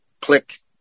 Click